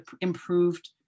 improved